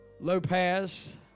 Lopez